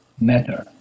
matter